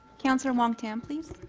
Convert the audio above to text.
councillor wong-tam, please.